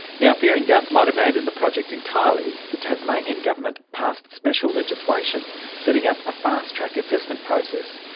now fearing gunns might abandon the project entirely, the tasmanian government passed special legislation setting up a fast-track assessment process.